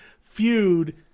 feud